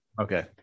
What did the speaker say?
Okay